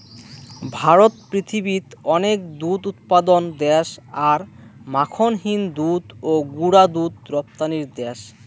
ভারত পৃথিবীত অনেক দুধ উৎপাদন দ্যাশ আর মাখনহীন দুধ ও গুঁড়া দুধ রপ্তানির দ্যাশ